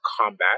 combat